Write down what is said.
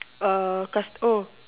uh cust~ oh